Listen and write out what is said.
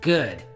Good